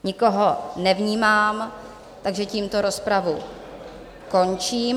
Nikoho nevnímám, takže tímto rozpravu končím.